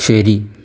ശരി